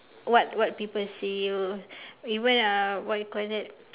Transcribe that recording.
what what people say you know even uh what you call that